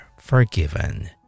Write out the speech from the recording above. forgiven